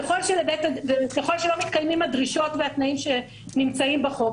ואם לא מתקיימים הדרישות והתנאים שנמצאים בחוק,